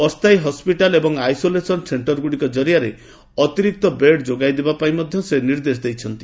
ଅସ୍ଥାୟୀ ହସ୍ପିଟାଲ ଏବଂ ଆସୋଲେସନ ସେକ୍ଷରଗୁଡିକ ଜରିଆରେ ଅତିରିକ୍ତ ବେଡ ଯୋଗାଇ ଦେବା ପାଇଁ ମଧ୍ୟ ସେ ନିର୍ଦ୍ଦେଶ ଦେଇଛନ୍ତି